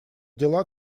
дела